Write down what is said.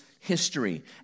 History